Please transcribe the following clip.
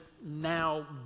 now